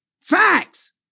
Facts